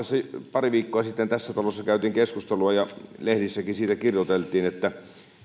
pari viikkoa sitten tässä talossa käytiin keskustelua ja lehdissäkin siitä kirjoiteltiin että